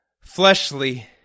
fleshly